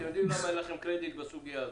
את יודעת למה אין לכם קרדיט בסוגיה הזו,